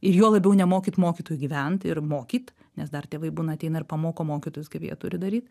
ir juo labiau nemokyt mokytojų gyvent ir mokyt nes dar tėvai būna ateina ir pamoko mokytojus kaip jie turi daryt